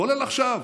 כולל עכשיו